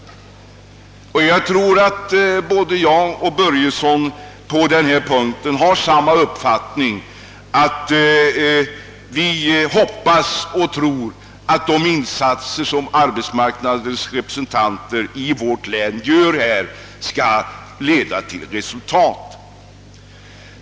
Jag tror att både herr Börjesson och jag skulle med glädje se att de ansträngningar som arbetsmarknadens representanter i vårt län sålunda gör skall leda till resultat.